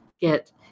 get